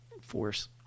force